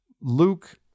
Luke